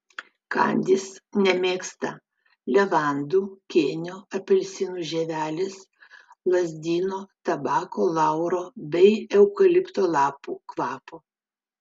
kandys nemėgsta levandų kėnio apelsino žievelės lazdyno tabako lauro bei eukalipto lapų kvapo